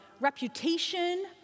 reputation